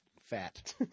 fat